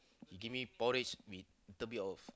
he give give me porridge with little bit of